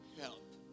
help